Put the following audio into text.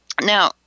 Now